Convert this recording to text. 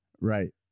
right